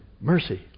mercy